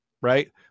Right